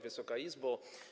Wysoka Izbo!